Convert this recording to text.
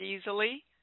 easily